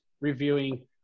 reviewing